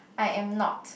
I am not